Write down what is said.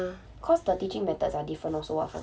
ah ah